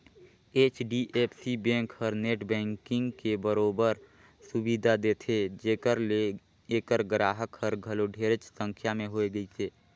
HDFC bank हर net banking के बरोबर सुबिधा देथे जेखर ले ऐखर गराहक हर घलो ढेरेच संख्या में होए गइसे